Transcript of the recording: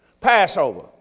Passover